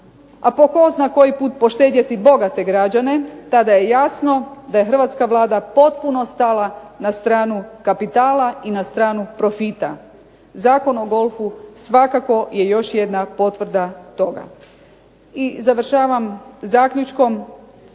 a po tko zna koji puta poštedjeti bogate građane, tada je jasno da je hrvatska vlada potopno stala na stranu kapitala i na stranu profita. Zakon o golfu svakako je još jedna potvrda toga. I završavam zaključkom,